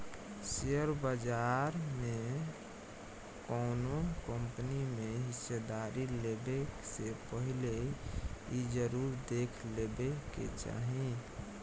share बाजार में कौनो कंपनी में हिस्सेदारी लेबे से पहिले इ जरुर देख लेबे के चाही